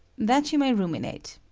that you may ruminate.